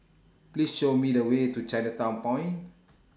Please Show Me The Way to Chinatown Point